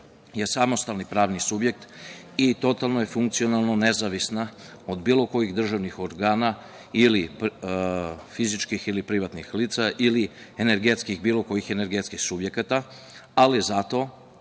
je samostalni pravni subjekt i totalno je funkcionalno nezavisna od bilo kojih državnih organa, fizičkih ili privatnih lica ili bilo kojih energetskih subjekata, ali zato